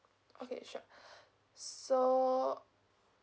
okay sure so